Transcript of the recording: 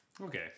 Okay